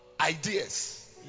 ideas